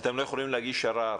אתם לא יכולים להגיש ערר?